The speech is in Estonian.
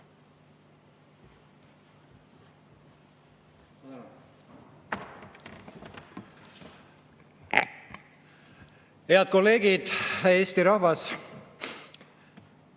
Head kolleegid! Eesti rahvas!